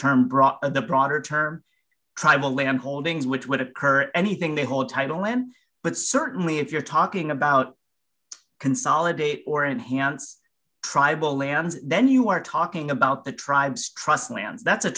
term brought in the broader term tribal land holdings which would occur anything they hold title in but certainly if you're talking about consolidate or enhanced tribal lands then you are talking about the tribes trust lands that's a